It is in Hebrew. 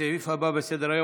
לסעיף הבא בסדר-היום,